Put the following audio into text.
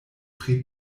pri